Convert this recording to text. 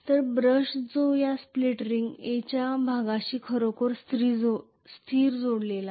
तर ब्रश जो या स्प्लिट रिंग A च्या भागाशी खरोखर स्थिर जोडलेला आहे